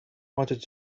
wanted